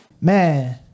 man